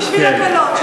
בשביל הקלות.